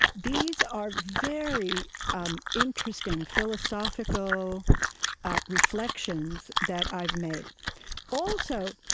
these are very um interesting philosophical reflections that i've made also,